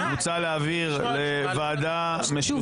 מוצע להעביר לוועדה משותפת.